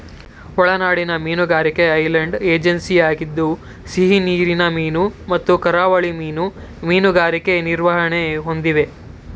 ಒಳನಾಡಿನ ಮೀನುಗಾರಿಕೆ ಐರ್ಲೆಂಡ್ ಏಜೆನ್ಸಿಯಾಗಿದ್ದು ಸಿಹಿನೀರಿನ ಮೀನು ಮತ್ತು ಕರಾವಳಿ ಮೀನು ಮೀನುಗಾರಿಕೆ ನಿರ್ವಹಣೆ ಹೊಂದಿವೆ